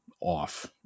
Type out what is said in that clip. off